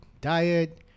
diet